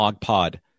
Pod